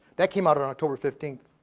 that came out on october fifteenth.